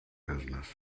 business